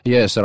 Yes